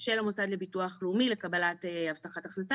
של המוסד לביטוח לאומי לקבלת הבטחת הכנסה.